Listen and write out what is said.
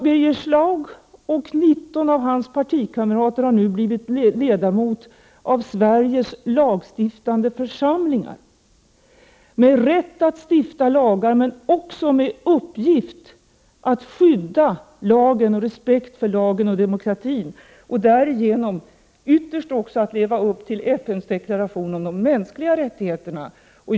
Birger Schlaug och 19 av hans partikamrater har nu blivit ledamöter av Sveriges lagstiftande församling, med rätt att stifta lagar men också med uppgift att skydda lagen, visa respekt för lagen och demokratin. Ni har ytterst också att leva upp till FN:s deklaration om de mänskliga rättigheterna.